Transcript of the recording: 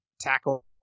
tackle